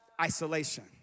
Isolation